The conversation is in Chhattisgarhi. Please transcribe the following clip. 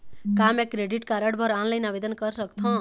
का मैं क्रेडिट कारड बर ऑनलाइन आवेदन कर सकथों?